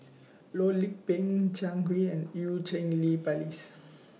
Loh Lik Peng Jiang Hui and EU Cheng Li Phyllis